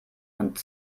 und